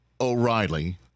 O'Reilly